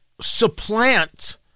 supplant